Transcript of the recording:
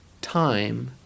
time